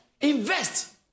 Invest